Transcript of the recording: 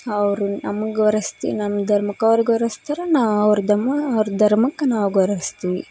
ಅವರು ನಮಗೆ ಗೌರವಿಸ್ತಿ ನಮ್ಮ ಧರ್ಮಕ್ಕೆ ಅವ್ರು ಗೌರವಿಸ್ತಾರೆ ನಾವು ಅವ್ರ ಧರ್ಮ ಅವ್ರ ಧರ್ಮಕ್ಕೆ ನಾವು ಗೌರವಿಸ್ತೀವಿ